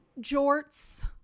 jorts